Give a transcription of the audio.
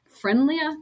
friendlier